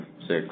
six